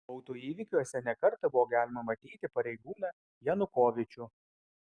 autoįvykiuose ne kartą buvo galima matyti pareigūną janukovyčių